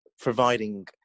providing